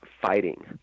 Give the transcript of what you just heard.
fighting